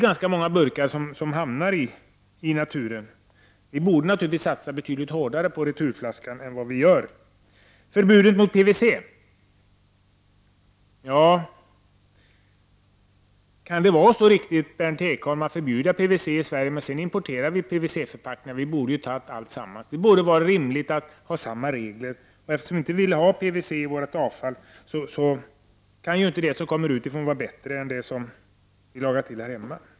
Ganska många burkar hamnar i naturen, och vi borde naturligtvis satsa betydligt hårdare på returflaskan än vad vi gör. Sedan vill jag fråga Berndt Ekholm, om det kan vara riktigt att förbjuda PVC i Sverige men sedan importera PVC-förpackningar. Det borde vara rimligt att ha samma regler för importen. Vi vill inte ha PVC i vårt avfall, och det som kommer utifrån kan ju inte vara bättre än det som vi lagar till här hemma.